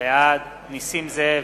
בעד נסים זאב,